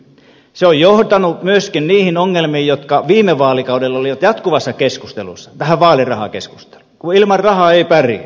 se on johtanut myöskin niihin ongelmiin jotka viime vaalikaudella olivat jatkuvassa keskustelussa näihin vaalirahaongelmiin kun ilman rahaa ei pärjää